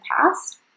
past